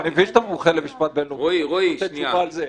אני מבין שאתה מומחה למשפט בינלאומי אבל אני רוצה תשובה על זה.